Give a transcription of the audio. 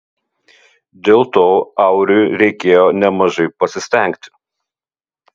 dėl to auriui reikėjo nemažai pasistengti